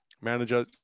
manager